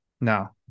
No